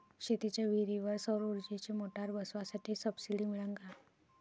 शेतीच्या विहीरीवर सौर ऊर्जेची मोटार बसवासाठी सबसीडी मिळन का?